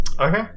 okay